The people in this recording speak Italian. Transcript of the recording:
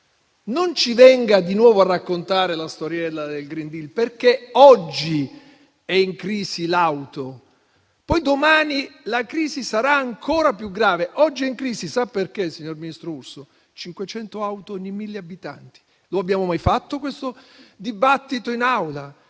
non ci venga di nuovo a raccontare la storiella del *green deal*, perché oggi è in crisi l'auto, poi domani la crisi sarà ancora più grave. Sa perché oggi è in crisi, ministro Urso? Ci sono 500 auto ogni mille abitanti: lo abbiamo mai fatto questo dibattito in Aula?